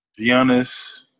Giannis